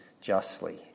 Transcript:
justly